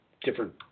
different